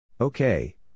Okay